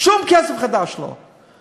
שום כסף חדש לא.